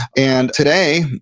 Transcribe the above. and today,